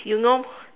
you know